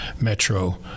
Metro